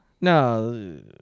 No